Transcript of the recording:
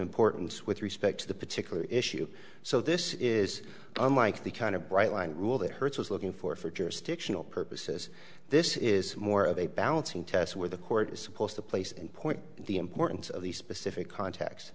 importance with respect to the particular issue so this is unlike the kind of bright line rule that hertz was looking for for jurisdictional purposes this is more of a balancing test where the court is supposed to place and point the importance of the specific cont